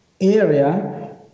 area